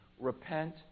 Repent